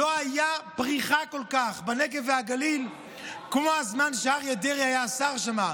מעולם לא הייתה פריחה בנגב ובגליל כמו בזמן שאריה דרעי היה שר שם,